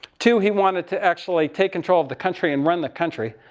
two, he wanted to actually take control of the country and run the country.